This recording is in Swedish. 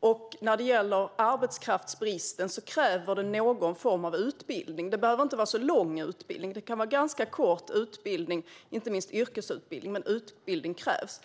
Och för de yrken där det råder arbetskraftsbrist krävs någon form av utbildning. Det behöver inte vara en så lång utbildning. Det kan vara en ganska kort utbildning, inte minst yrkesutbildning. Men utbildning krävs.